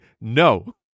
no